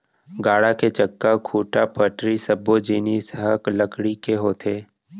गाड़ा के चक्का, खूंटा, पटरी सब्बो जिनिस ह लकड़ी के होथे